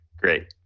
great